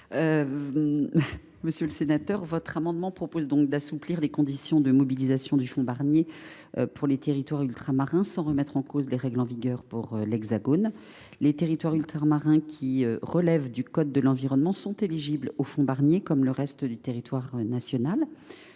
Monsieur le sénateur, vous proposez d’assouplir les conditions de mobilisation du fonds Barnier pour les territoires ultramarins sans remettre en cause les règles en vigueur pour l’Hexagone. Les territoires ultramarins qui relèvent du code de l’environnement sont éligibles au fonds Barnier comme le reste du territoire national.